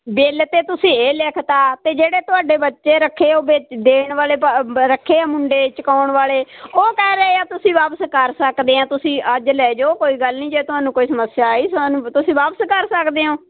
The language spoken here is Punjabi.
ਬਿੱਲ ਤੇ ਤੁਸੀਂ ਇਹ ਲਿਖਤਾ ਤੇ ਜਿਹੜੇ ਤੁਹਾਡੇ ਬੱਚੇ ਰੱਖੇ ਓ ਦੇਣ ਵਾਲੇ ਰੱਖੇ ਆ ਮੁੰਡੇ ਚਕਾਉਣ ਵਾਲੇ ਉਹ ਕਹਿ ਰਹੇ ਆ ਤੁਸੀਂ ਵਾਪਸ ਕਰ ਸਕਦੇ ਆ ਤੁਸੀਂ ਅੱਜ ਲੈ ਜਾਓ ਕੋਈ ਗੱਲ ਨਹੀਂ ਜੇ ਤੁਹਾਨੂੰ ਕੋਈ ਸਮੱਸਿਆ ਆਈ ਸਾਨੂੰ ਤੁਸੀਂ ਵਾਪਸ ਕਰ ਸਕਦੇ ਹੋ